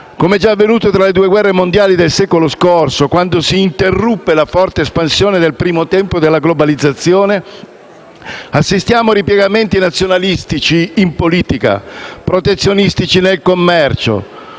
Com'è già avvenuto tra le due guerre mondiali del secolo scorso, quando si interruppe la forte espansione del primo tempo della globalizzazione, assistiamo a ripiegamenti nazionalistici in politica e protezionistici nel commercio,